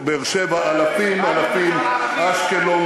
באר-שבע, אלפים, אלפים, מה